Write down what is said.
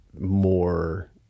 more